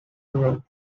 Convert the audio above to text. road